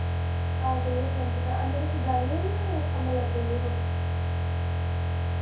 तां करियै फोन कीता आह्ले तुस बैल्ले ओ जां कम्म लग्गे दे ओ